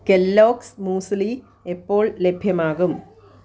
Kellogg's muesli എപ്പോൾ ലഭ്യമാകും